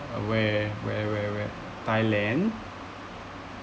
where where where where thailand